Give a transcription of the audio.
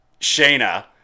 Shayna